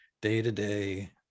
day-to-day